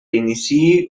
iniciï